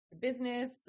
Business